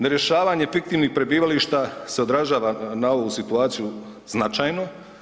Nerješavanje fiktivnih prebivališta se odražava na ovu situaciju značajno.